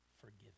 forgiven